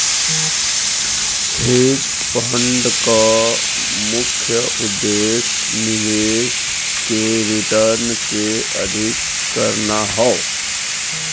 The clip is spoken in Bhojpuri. हेज फंड क मुख्य उद्देश्य निवेश के रिटर्न के अधिक करना हौ